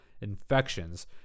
infections